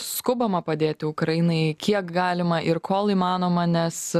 skubama padėti ukrainai kiek galima ir kol įmanoma nes